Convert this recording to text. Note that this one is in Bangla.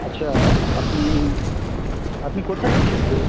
আচ্ছা আপনি আপনি কোথায় আছেন